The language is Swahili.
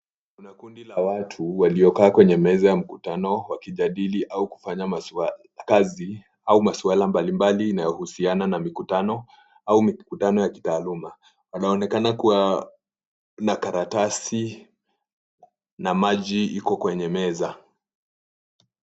Kuna kundi la watu walio kaa kwenye meza ya mkutano wakijadili au kufanya masuala kazi au masuala mbalimbali inayo husiana na mkutano au mikutano ya kitaaluma. Anaonekana kuwa na karatasi na maji iko kwenye meza.